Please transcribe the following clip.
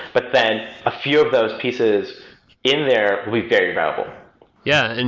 but then a few of those pieces in there were very valuable yeah. and